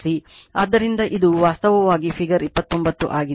ಆದ್ದರಿಂದ ಇದು ವಾಸ್ತವವಾಗಿ ಫಿಗರ್ 29 ಆಗಿದೆ